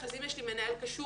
אז אם יש לי מנהל קשוב,